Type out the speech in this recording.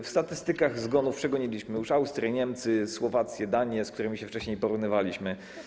W statystykach zgonów przegoniliśmy już Austrię, Niemcy, Słowację, Danię, z którymi się wcześniej porównywaliśmy.